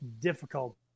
difficult